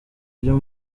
byo